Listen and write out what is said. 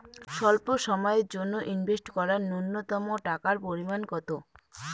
স্বল্প সময়ের জন্য ইনভেস্ট করার নূন্যতম টাকার পরিমাণ কত?